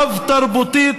רב-תרבותית,